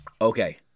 Okay